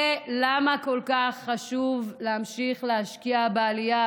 זה למה כל כך חשוב להמשיך להשקיע בעלייה